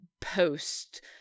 post-